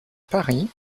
paris